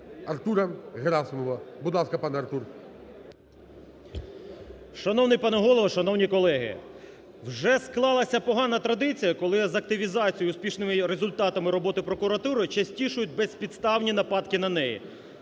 Артура Герасимова. Будь ласка, пане Артур. 10:58:48 ГЕРАСИМОВ А.В. Шановний пане Голово, шановні колеги! Вже склалася погана традиція, коли з активізацією, успішними результатами роботи прокуратури частішають безпідставні нападки на неї.